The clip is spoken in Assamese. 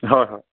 হয় হয়